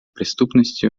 преступностью